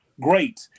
Great